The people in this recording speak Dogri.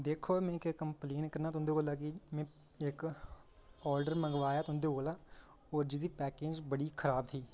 दिक्खो में तुं'दे कोला इक कम्पलेन करना कि में तुं'दे कोला इक ऑर्डर मंगवाया तुं'दे कोला ओह् उसदी पैकिंग बड़ी खराब ही